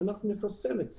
אנחנו נפרסם את זה.